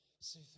Say